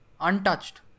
Untouched